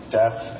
death